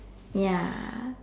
ya